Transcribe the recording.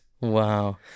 Wow